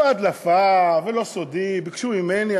לא הדלפה ולא סודי, ביקשו ממני.